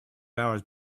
hours